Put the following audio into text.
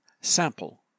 Sample